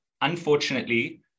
unfortunately